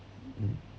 mm